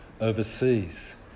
overseas